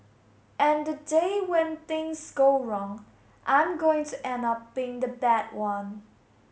and the day when things go wrong I'm going to end up being the bad one